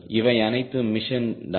இவை அனைத்தும் மிஷன் தான்